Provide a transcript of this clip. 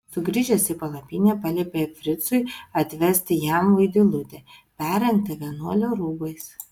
sugrįžęs į palapinę paliepė fricui atvesti jam vaidilutę perrengtą vienuolio rūbais